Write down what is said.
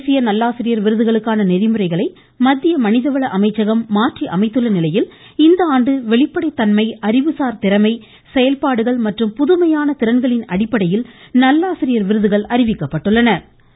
தேசிய நல்லாசிரியர் விருதுகளுக்கான நெறிமுறைகளை மத்திய மனிதவள அமைச்சகம் மாற்றி அமைத்துள்ள நிலையில் இந்த ஆண்டு வெளிப்படை தன்மை அறிவுசார் திறமை செயல்பாடுகள் மற்றும் புதுமையான திறன்களின் அடிப்படையில் நல்லாசிரியர் விருதுகள் அறிவிக்கப்பட்டுள்ளன